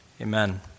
Amen